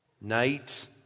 Night